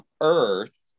Earth